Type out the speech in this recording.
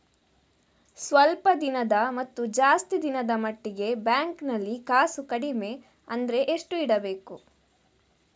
ಸ್ವಲ್ಪ ದಿನದ ಮತ್ತು ಜಾಸ್ತಿ ದಿನದ ಮಟ್ಟಿಗೆ ಬ್ಯಾಂಕ್ ನಲ್ಲಿ ಕಾಸು ಕಡಿಮೆ ಅಂದ್ರೆ ಎಷ್ಟು ಇಡಬೇಕು?